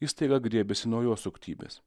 jis staiga griebėsi naujos suktybės